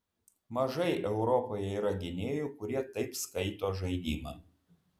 mažai europoje yra gynėjų kurie taip skaito žaidimą